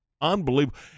unbelievable